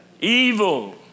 evil